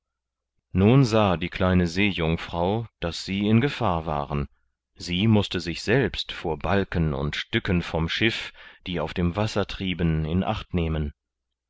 nun sah die kleine seejungfrau daß sie in gefahr waren sie mußte sich selbst vor balken und stücken vom schiff die auf dem wasser trieben in acht nehmen